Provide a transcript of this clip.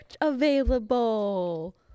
available